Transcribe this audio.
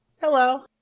Hello